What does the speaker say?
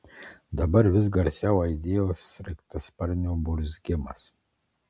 dabar vis garsiau aidėjo sraigtasparnio burzgimas